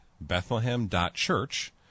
Bethlehem.Church